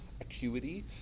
acuity